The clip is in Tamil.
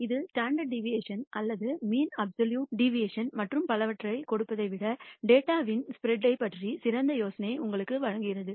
இது ஸ்டாண்டர்ட் டிவியேஷன் அல்லது மீன் அப்சல்யூட் டிவியேஷன் மற்றும் பலவற்றைக் கொடுப்பதை விட டேட்டாவின் ஸ்பிரெட் பற்றிய சிறந்த யோசனையை உங்களுக்கு வழங்குகிறது